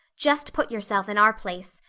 just put yourself in our place.